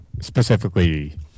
Specifically